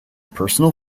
personal